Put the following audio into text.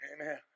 Amen